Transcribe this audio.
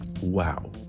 wow